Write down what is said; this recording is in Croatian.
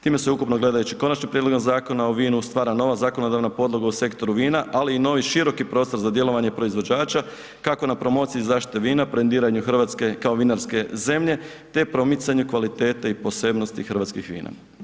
Time se, ukupno gledajući Konačni prijedlog Zakona o vinu, stvara nova zakonodavna podloga u sektoru vina, ali i novi široki prostor za djelovanje proizvođača, kako na promociji zaštite vina, brendiranju Hrvatske kao vinarske zemlje, te promicanju kvalitete i posebnosti hrvatskih vina.